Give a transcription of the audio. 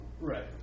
Right